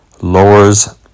lowers